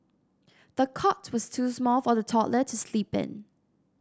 the cot was too small for the toddler to sleep in